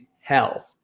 hell